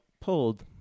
pulled